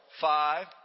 Five